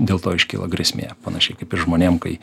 dėl to iškyla grėsmė panašiai kaip ir žmonėm kai